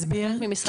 ממשרד הבריאות?